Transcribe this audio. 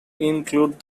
include